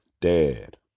dad